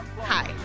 Hi